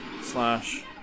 Slash